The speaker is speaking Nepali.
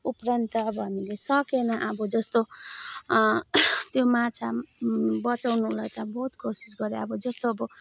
उपरान्त अब हामीले सकेन अब जस्तो त्यो माछा बचाउनु त अब बहुत कोसिस गरेँ अब जस्तो अब